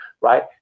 right